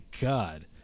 God